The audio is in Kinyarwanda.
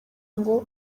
ngo